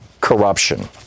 corruption